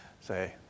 Say